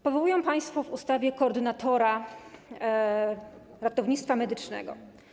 Powołują państwo w ustawie koordynatora ratownictwa medycznego.